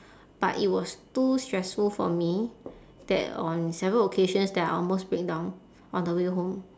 but it was too stressful for me that on several occasions that I almost breakdown on the way home